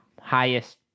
highest